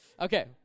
okay